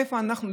איפה אנחנו?